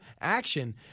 action